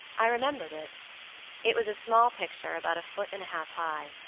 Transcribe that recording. i remembered it it was a small picture, about a foot and a half high,